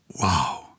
wow